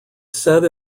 said